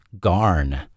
Garn